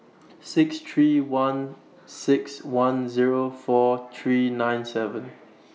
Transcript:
six three one six one Zero four three nine seven